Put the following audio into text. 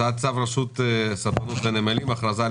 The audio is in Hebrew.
הצעת צו רשות הספנות והנמלים (הכרזה על